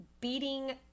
beating